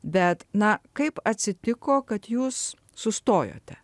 bet na kaip atsitiko kad jūs sustojote